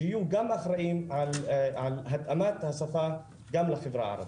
שיהיו גם אחראים על התאמת השפה גם לחברה הערבית.